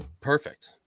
perfect